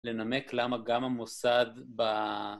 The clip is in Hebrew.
לנמק למה גם המוסד ב...